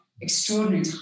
extraordinary